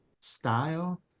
style